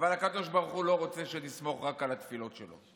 אבל הקדוש ברוך הוא לא רוצה שנסמוך רק על התפילות שלו.